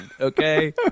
okay